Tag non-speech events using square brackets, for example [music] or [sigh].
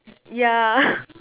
yeah [laughs]